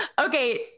Okay